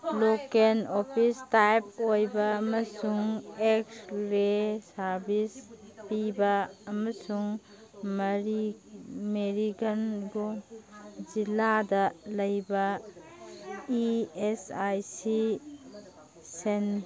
local office type ꯑꯣꯏꯕ ꯑꯃꯁꯨꯡ x ray service ꯄꯤꯕ ꯑꯃꯁꯨꯡ ꯃꯦꯔꯤ ꯒꯣꯜ ꯖꯤꯜꯂꯥꯗ ꯂꯩꯕ ꯏ ꯑꯦꯁ ꯑꯥꯏ ꯁꯤ